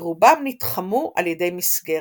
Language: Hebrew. ורובם נתחמו על ידי מסגרת.